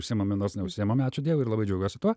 užsiimame nors neužsiimame ačiū dievui ir labai džiaugiuosi tuo